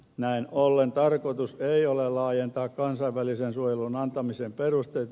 näin ollen tarkoitus ei ole laajentaa kansainvälisen suojelun antamisen perusteita